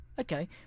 Okay